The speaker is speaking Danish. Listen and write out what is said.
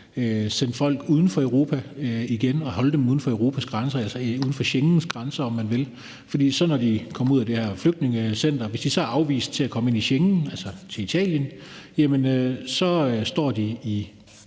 sendt folk uden for Europa igen og holde dem uden for Europas grænser, altså inden for Schengens grænser, om man vil. For når de kommer ud af det her flygtningecenter og er afvist i forhold til at komme ind i et Schengenland, altså til Italien, så står de i